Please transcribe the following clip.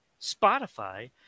Spotify